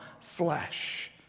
flesh